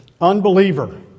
Unbeliever